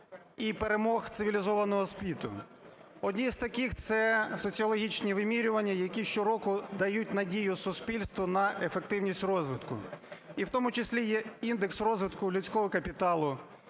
і перемог цивілізованого світу. Одні із таких – це соціологічні вимірювання, які щороку дають надію суспільству на ефективність розвитку. І в тому числі є індекс розвитку людського капіталу.